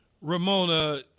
Ramona